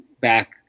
back